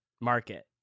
market